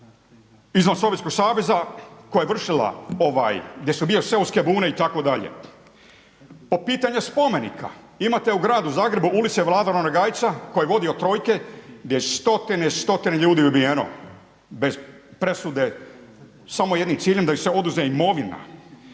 izvan Sovjetskog Saveza koja je vršila gdje su bile seoske bune itd. Po pitanju spomenika, imate u gradu Zagrebu ulicu Vlade Ranogajca koji je vodio trojke gdje stotine i stotine ljudi ubijeno bez presude, samo jednim ciljem da im se oduzme imovina.